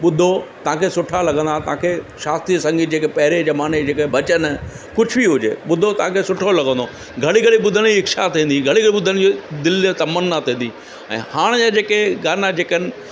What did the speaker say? ॿुधो तव्हांखे सुठा लॻंदा तांखे शास्त्रीय संगीत जेके पहिरीं ज़माने जा जेके भॼन कुझु बि हुजे ॿुधो तव्हांखे सुठो लॻंदो घड़ी घड़ी ॿुधण जी इछा थींदी घड़ी ॿुधण जी दिलि जो तमना थींदी ऐं हाणे जा जेके गाना जेके आहिनि